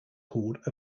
called